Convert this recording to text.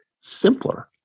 simpler